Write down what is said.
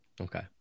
Okay